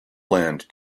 land